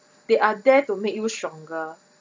they are there to make you stronger